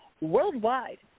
worldwide